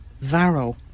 Varro